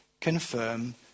confirm